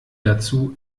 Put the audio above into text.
dazu